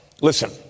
listen